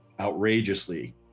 outrageously